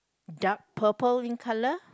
dark purple in colour